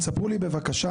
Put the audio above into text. ספרו לי בבקשה,